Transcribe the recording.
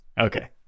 Okay